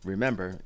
Remember